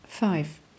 Five